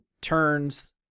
turns